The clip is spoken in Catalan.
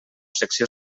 secció